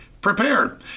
prepared